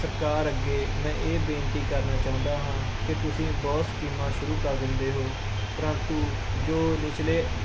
ਸਰਕਾਰ ਅੱਗੇ ਮੈਂ ਇਹ ਬੇਨਤੀ ਕਰਨਾ ਚਾਹੁੰਦਾ ਹਾਂ ਕਿ ਤੁਸੀਂ ਬਹੁਤ ਸਕੀਮਾਂ ਸ਼ੁਰੂ ਕਰ ਦਿੰਦੇ ਹੋ ਪਰੰਤੂ ਜੋ ਨਿਚਲੇ